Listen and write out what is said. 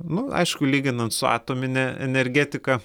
nu aišku lyginant su atomine energetika